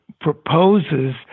proposes